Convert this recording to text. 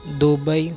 Dubai